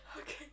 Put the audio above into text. Okay